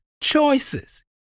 choices